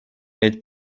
jäid